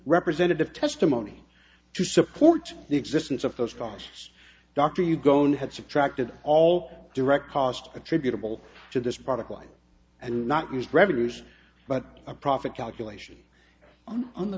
representative testimony to support the existence of those costs doctor you go on had subtracted all direct costs attributable to this product line and not use revenues but a profit calculation on on the